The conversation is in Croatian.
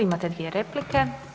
Imate dvije replike.